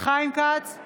חיים כץ, נגד